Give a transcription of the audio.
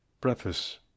preface